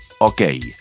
Okay